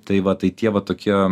tai va tai tie va tokie